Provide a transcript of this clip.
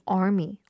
army